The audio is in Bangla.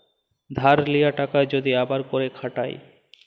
ধার লিয়া টাকা যদি আবার ক্যইরে খাটায়